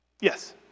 Yes